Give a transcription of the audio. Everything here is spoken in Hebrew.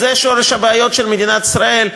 זה שורש הבעיות של מדינת ישראל?